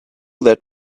that